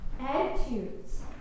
attitudes